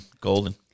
golden